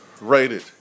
rated